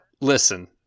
Listen